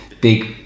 Big